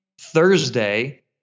Thursday